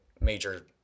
major